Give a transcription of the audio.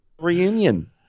Reunion